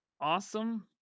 Awesome